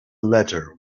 letter